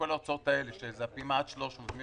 לכל ההוצאות האלה של עסקים עד 300,000,